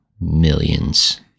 millions